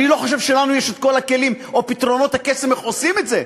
אני לא חושב שלנו יש כל הכלים או פתרונות הקסם איך עושים את זה,